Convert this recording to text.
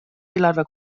eelarve